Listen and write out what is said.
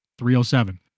307